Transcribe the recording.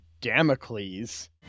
Damocles